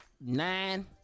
nine